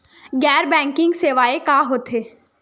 गैर बैंकिंग सेवाएं का होथे?